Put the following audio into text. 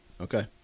Okay